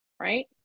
Right